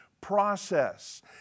process